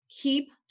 Keep